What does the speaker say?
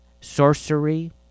sorcery